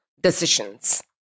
decisions